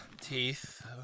teeth